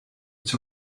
its